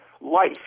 life